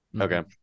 Okay